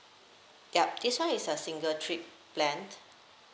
yup this one is a single trip plan